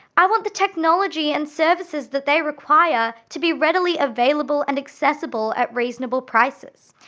i want the technology and services that they require to be readily available and accessible at reasonable prices.